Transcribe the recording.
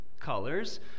colors